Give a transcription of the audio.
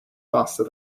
faster